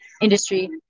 industry